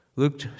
Luke